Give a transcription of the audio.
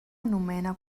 anomena